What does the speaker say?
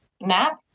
nap